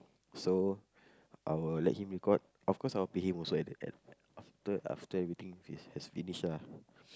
so I will let him record of course I will pay him also at the end after after everything is has finished ah